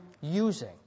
using